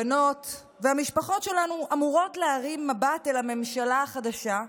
הבנות והמשפחות שלנו אמורים להרים מבט אל הממשלה החדשה,